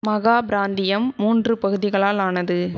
மகா பிராந்தியம் மூன்று பகுதிகளால் ஆனது